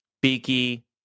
Beaky